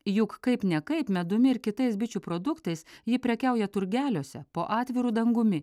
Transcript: juk kaip ne kaip medumi ir kitais bičių produktais ji prekiauja turgeliuose po atviru dangumi